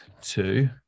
Two